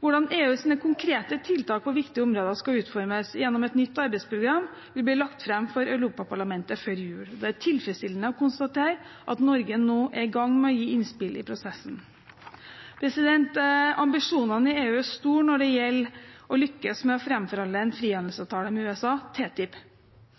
Hvordan EUs konkrete tiltak på viktige områder skal utformes gjennom et nytt arbeidsprogram, vil bli lagt fram for Europaparlamentet før jul. Det er tilfredsstillende å konstatere at Norge nå er i gang med å gi innspill i prosessen. Ambisjonene i EU er store når det gjelder å lykkes med å framforhandle en frihandelsavtale med USA – TTIP.